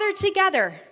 together